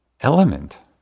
element